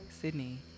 Sydney